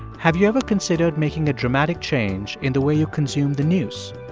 have you ever considered making a dramatic change in the way you consume the news?